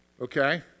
Okay